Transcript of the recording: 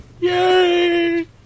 Yay